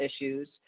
issues